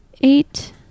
eight